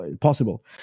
possible